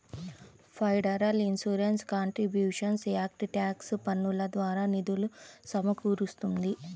federal insurance contributions act tax పన్నుల ద్వారా నిధులు సమకూరుస్తుంది